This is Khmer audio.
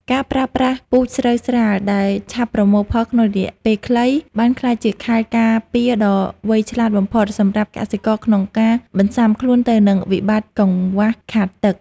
ការប្រើប្រាស់ពូជស្រូវស្រាលដែលឆាប់ប្រមូលផលក្នុងរយៈពេលខ្លី បានក្លាយជាខែលការពារដ៏វៃឆ្លាតបំផុតសម្រាប់កសិករក្នុងការបន្ស៊ាំខ្លួនទៅនឹងវិបត្តិកង្វះខាតទឹក។